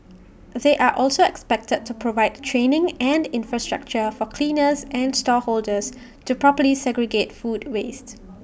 they are also expected to provide training and infrastructure for cleaners and stall holders to properly segregate food waste